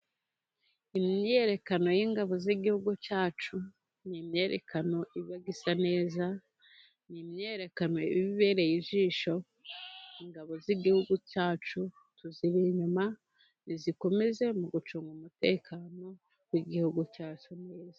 Imyiyerekano y'ingabo z'igihugu cyacu, ni imyerekano iba isa neza, ni imyerekano iba ibereye ijisho. Ingabo z'igihugu cyacu tuziri inyuma, nizikomeze mu gucunga umutekano w'igihugu cyacu neza.